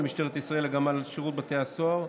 משטרת ישראל אלא גם על שירות בתי הסוהר,